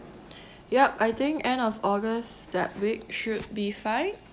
yup I think end of august that week should be fine